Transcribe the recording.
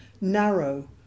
narrow